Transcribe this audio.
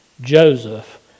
Joseph